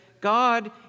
God